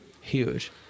Huge